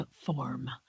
form